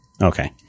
Okay